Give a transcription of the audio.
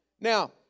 Now